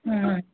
ହଁ